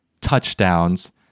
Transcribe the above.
touchdowns